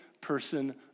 person